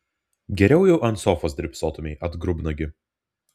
geriau jau ant sofos drybsotumei atgrubnagi